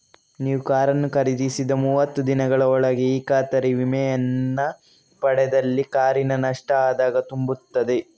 ನೀವು ಕಾರನ್ನು ಖರೀದಿಸಿದ ಮೂವತ್ತು ದಿನಗಳ ಒಳಗೆ ಈ ಖಾತರಿ ವಿಮೆಯನ್ನ ಪಡೆದಲ್ಲಿ ಕಾರಿನ ನಷ್ಟ ಆದಾಗ ತುಂಬುತ್ತದೆ